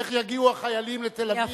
איך יגיעו החיילים לתל-אביב?